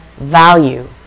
value